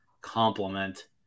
complement